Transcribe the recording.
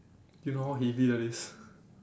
you know how heavy that is